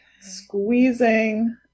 squeezing